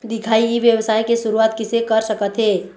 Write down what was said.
दिखाही ई व्यवसाय के शुरुआत किसे कर सकत हे?